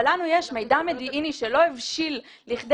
לנו יש מידע מודיעיני שלא הבשיל לכדי